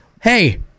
Hey